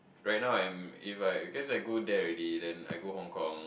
right now I'm if I cause I go there already then I go Hong Kong